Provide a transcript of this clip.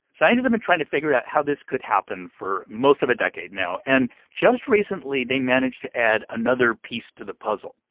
scientists have been trying to figure out how this could happen for most of a decade now. and just recently, they managed to add another piece to the puzzle.